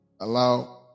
allow